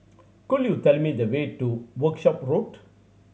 could you tell me the way to Workshop Road